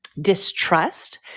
distrust